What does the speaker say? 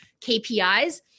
KPIs